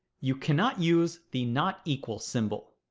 you cannot use the not equal symbol.